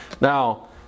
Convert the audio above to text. Now